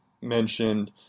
mentioned